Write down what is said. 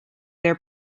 their